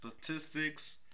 Statistics